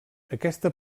aquesta